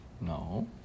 No